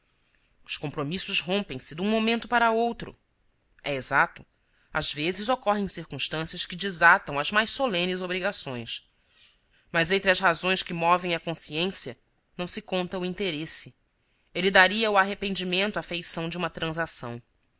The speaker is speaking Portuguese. os compromissos rompem se dum momento para outro é exato às vezes ocorrem circunstâncias que desatam as mais solenes obrigações mas entre as razões que movem a consciência não se conta o interesse ele daria ao arrependimento a feição de uma transação